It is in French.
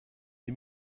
des